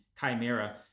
Chimera